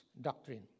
doctrine